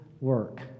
work